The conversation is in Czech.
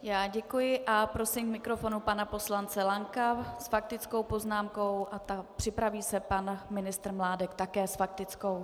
Já děkuji a prosím k mikrofonu pana poslance Lanka s faktickou poznámkou, připraví se pan ministr Mládek také s faktickou.